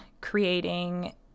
creating